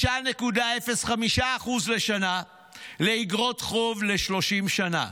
6.05% לשנה לאיגרות חוב ל-30 שנה.